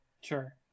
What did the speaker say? sure